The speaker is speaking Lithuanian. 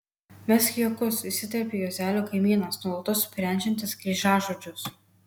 mesk juokus įsiterpia juozelio kaimynas nuolatos sprendžiantis kryžiažodžius